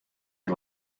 der